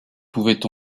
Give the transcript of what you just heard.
pouvait